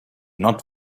not